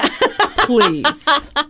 Please